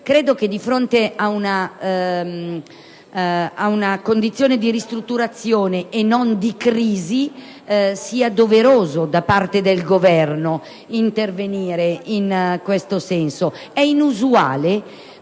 Credo che, di fronte ad una condizione di ristrutturazione e non di crisi, sia doveroso da parte del Governo intervenire in questo senso. È inusuale,